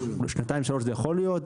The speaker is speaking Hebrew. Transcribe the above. בשנתיים שלוש זה יכול להיות.